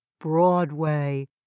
Broadway